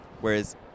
whereas